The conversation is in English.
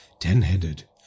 ten-headed